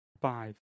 five